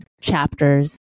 chapters